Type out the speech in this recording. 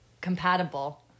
compatible